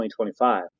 2025